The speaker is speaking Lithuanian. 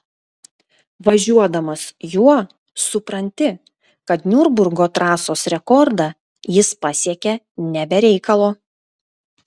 važiuodamas juo supranti kad niurburgo trasos rekordą jis pasiekė ne be reikalo